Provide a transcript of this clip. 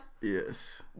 yes